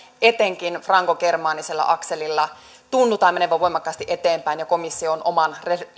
etenkin frankogermaanisella akselilla tunnutaan menevän voimakkaasti eteenpäin ja komissio on oman